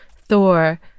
Thor